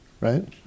right